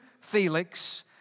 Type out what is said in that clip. Felix